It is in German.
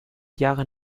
jahre